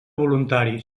voluntaris